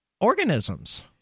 Organisms